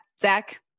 Zach